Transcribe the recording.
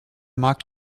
markt